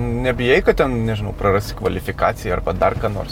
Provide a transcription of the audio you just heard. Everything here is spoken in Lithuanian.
nebijai kad ten prarasi kvalifikaciją arba dar ką nors